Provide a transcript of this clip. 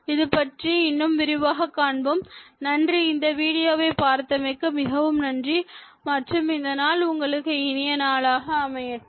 இதைப்பற்றி இன்னும் விரிவாக காண்போம் நன்றி இந்த வீடியோவை பார்த்தமைக்கு மிகவும் நன்றி மற்றும் இந்த நாள் உங்களுக்கு இனிய நாளாக அமையட்டும்